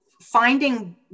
finding